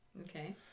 Okay